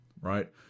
right